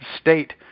state